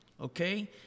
okay